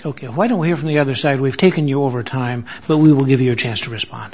ok why don't we hear from the other side we've taken you over time but we will give you a chance to respond